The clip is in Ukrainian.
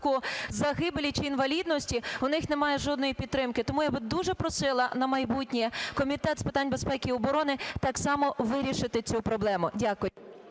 загибелі, чи інвалідності у них немає жодної підтримки. Тому я би дуже просила на майбутнє Комітет з питань безпеки і оборони так само вирішити цю проблему. Дякую.